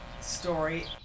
story